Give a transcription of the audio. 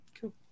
Cool